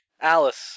Alice